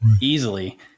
easily